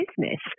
business